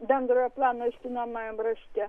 bendrojo plano aiškinamajam rašte